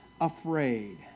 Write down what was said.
afraid